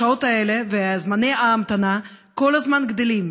השעות האלה וזמני ההמתנה כל הזמן גדלים,